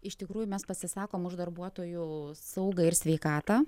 iš tikrųjų mes pasisakom už darbuotojų saugą ir sveikatą